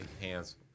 hands